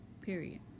period